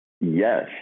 Yes